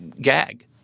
gag